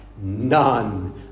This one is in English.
none